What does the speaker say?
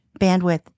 bandwidth